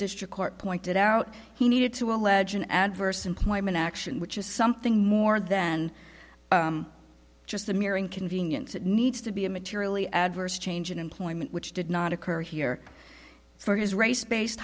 district court pointed out he needed to allege an adverse employment action which is something more than just the mere inconvenience it needs to be a materially adverse change in employment which did not occur here for his race based